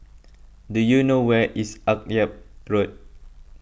do you know where is Akyab Road